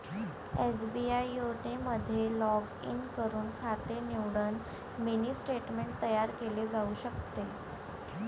SBI YONO मध्ये log in करून खाते निवडून मिनी स्टेटमेंट तयार केले जाऊ शकते